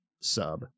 sub